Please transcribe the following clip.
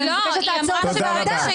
אני מבקשת לעצור את הוועדה.